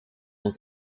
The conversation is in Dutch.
het